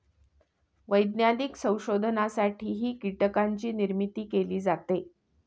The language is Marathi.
वैज्ञानिक संशोधनासाठीही कीटकांची निर्मिती केली जाते